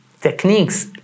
techniques